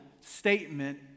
statement